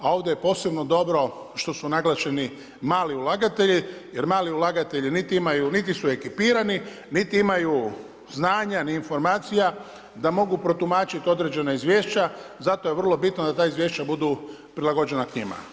A ovdje je posebno dobro što su naglašeni jer mali ulagatelji niti imaju niti su ekipirani, niti imaju znanja ni informacija da mogu protumačiti određena izvješća zato je vrlo bitno da ta izvješća budu prilagođena njima.